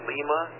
Lima